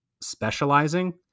specializing